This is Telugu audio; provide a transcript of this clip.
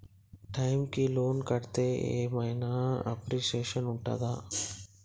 టైమ్ కి లోన్ కడ్తే ఏం ఐనా అప్రిషియేషన్ ఉంటదా?